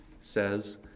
says